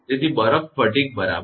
તેથી બરફ સ્ફટિક બરાબર